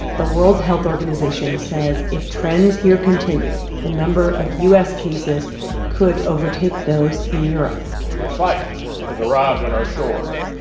the world health organization says if trends here continue, the number of u s. cases could overtake those in europe a fight has arrived at our shores.